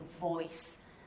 voice